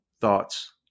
thoughts